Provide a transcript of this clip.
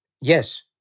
Yes